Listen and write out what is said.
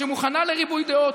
שמוכנה לריבוי דעות,